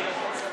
בבקשה.